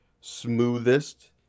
smoothest